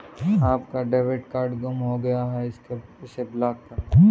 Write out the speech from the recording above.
आपका debit card गुम हो गया है इसे ब्लॉक करें